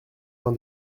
uns